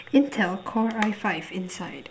Intel core I five inside